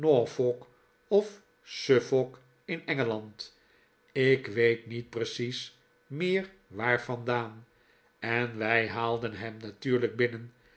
of suffolk in engeland ik weet niet precies meer waar vandaan en wij haalden hem natuurlijk binnen